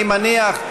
אני מניח,